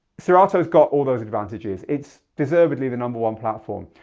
serato's got all those advantages. it's deservedly the number one platform.